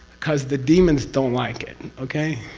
because the demons don't like it. okay?